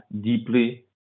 deeply